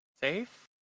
safe